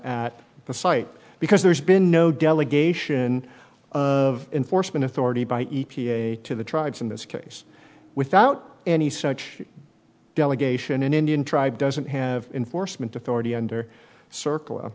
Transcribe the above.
at the site because there's been no delegation of enforcement authority by e p a to the tribes in this case without any such delegation an indian tribe doesn't have enforcement authority under circle